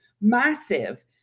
massive